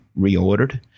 reordered